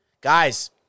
Guys